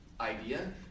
idea